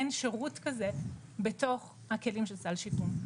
אין שירות כזה בתוך הכלים של סל שיקום.